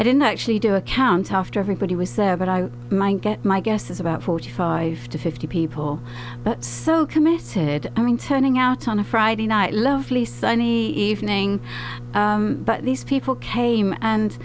i didn't actually do accounts after everybody was there but i might get my guess is about forty five to fifty people but so committed i mean turning out on a friday night lovely sunny evening but these people came and